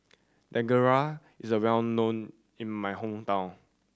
dangojiru is well known in my hometown